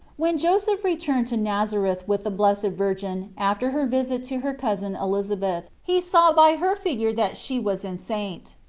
when joseph returned to nazareth with the blessed virgin after her visit to her cousin elizabeth, he saw by her figure that she was enceinte.